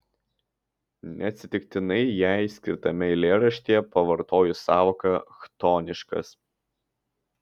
neatsitiktinai jai skirtame eilėraštyje pavartojau sąvoką chtoniškas